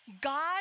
God